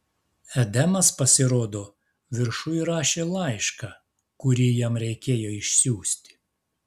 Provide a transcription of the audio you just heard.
edemas pasirodo viršuj rašė laišką kurį jam reikėjo išsiųsti